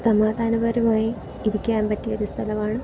സമാധാനപരമായി ഇരിക്കാൻ പറ്റിയ ഒരു സ്ഥലമാണ്